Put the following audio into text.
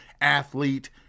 athlete